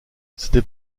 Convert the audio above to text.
c’était